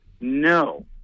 No